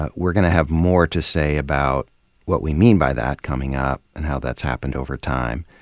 ah we're gonna have more to say about what we mean by that, coming up, and how that's happened over time.